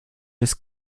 des